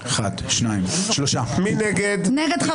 מי נגד?